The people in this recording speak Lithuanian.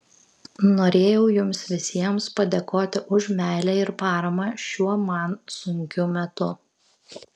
norėjau jums visiems padėkoti už meilę ir paramą šiuo man sunkiu metu